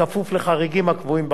בכפוף לחריגים הקבועים בחוק.